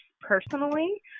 personally